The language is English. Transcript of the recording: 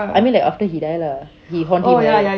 I mean like after he die lah he haunt him right